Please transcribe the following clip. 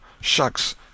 Shucks